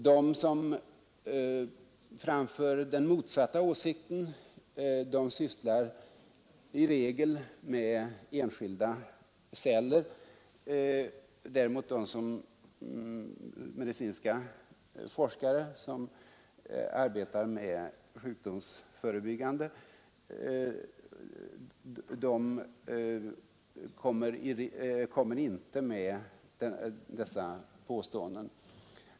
De som framför den motsatta åsikten sysslar i regel med enskilda celler. De medicinska forskare däremot som arbetar med sjukdomsförebyggande medel kommer inte med dessa påståenden.